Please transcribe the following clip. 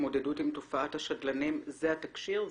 התמודדות עם תופעת השדלנים", זה התקש"יר?